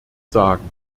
sagen